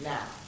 Now